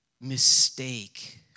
mistake